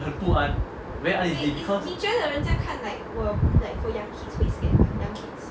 like 不安 very uneasy because